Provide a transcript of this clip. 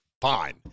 Fine